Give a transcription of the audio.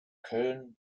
köln